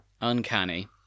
Uncanny